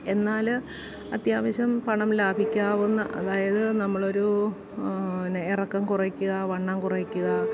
എന്നാൽ അത്യാവശ്യം പണം ലാഭിക്കാവുന്ന അതായത് നമ്മൾ ഒരു പിന്നെ ഇറക്കം കുറയ്ക്കുക വണ്ണം കുറയ്ക്കുക